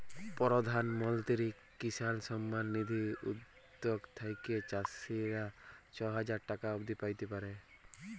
পরধাল মলত্রি কিসাল সম্মাল লিধি উদ্যগ থ্যাইকে চাষীরা ছ হাজার টাকা অব্দি প্যাইতে পারে